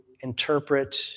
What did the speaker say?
interpret